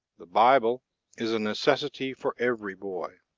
the bible is a necessity for every boy.